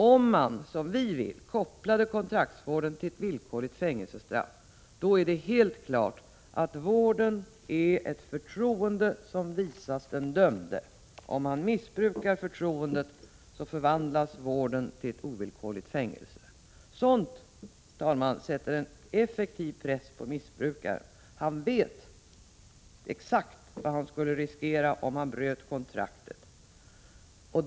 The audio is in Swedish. Om man, som vi vill, kopplade kontraktsvården till ett villkorligt fängelsestraff är det helt klart att vården är ett förtroende som visas den dömde. Om han missbrukar förtroendet, förvandlas vården till ett ovillkorligt fängelsestraff. Herr talman! Det sätter en effektiv press på en missbrukare — han vet exakt vad han riskerar om han bryter kontraktet.